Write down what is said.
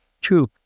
True